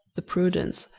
the prudence,